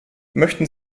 möchten